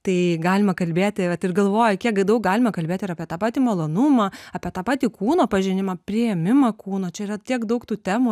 tai galima kalbėti vat ir galvoju kiek daug galime kalbėt ir apie tą patį malonumą apie tą patį kūno pažinimą priėmimą kūno čia yra tiek daug tų temų